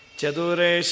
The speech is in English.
Chadure